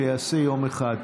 וייעשה יום אחד,